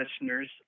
listeners